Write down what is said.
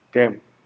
can